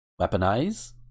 weaponize